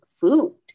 food